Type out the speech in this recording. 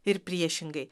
ir priešingai